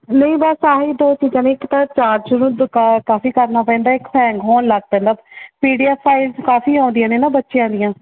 ਨਹੀਂ ਬੱਸ ਆਹੀ ਦੋ ਚੀਜ਼ਾਂ ਨੇ ਇੱਕ ਤਾਂ ਚਾਰਜ ਨੂੰ ਕਾਫ਼ੀ ਕਰਨਾ ਪੈਂਦਾ ਇੱਕ ਹੈਂਗ ਹੋਣ ਲੱਗ ਪੈਂਦਾ ਪੀ ਡੀ ਐਫ ਫਾਈਲ ਕਾਫ਼ੀ ਆਉਂਦੀਆਂ ਨੇ ਨਾ ਬੱਚਿਆਂ ਦੀਆਂ